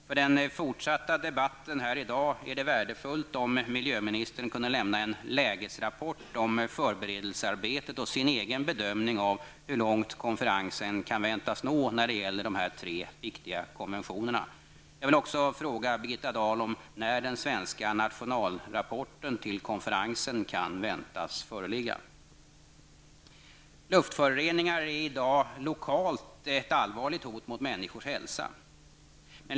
För den fortsatta debatten här i dag är det värdefullt om miljöministern kunde lämna en lägesrapport om förberedelsearbetet och sin egen bedömning av hur långt konferensen kan väntas nå. Jag vill också fråga Birgitta Dahl om när den svenska nationalrapporten till konferensen kan väntas föreligga. Luftföroreningar är i dag lokalt ett allvarligt hot mot människors hälsa.